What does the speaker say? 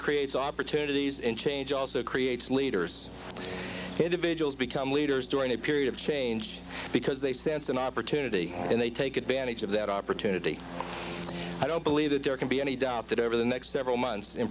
creates opportunities in change also creates leaders individuals become leaders during a period of change because they sense an opportunity and they take advantage of that opportunity i don't believe that there can be any doubt that over the next several months and